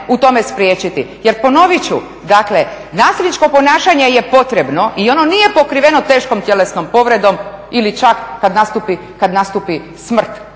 u tome spriječiti. Jer ponovit ću, dakle nasilničko ponašanje je potrebno i ono nije pokriveno teškom tjelesnom povredom ili čak kad nastupi smrt.